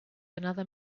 another